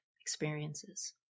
experiences